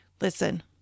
Listen